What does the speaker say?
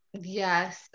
Yes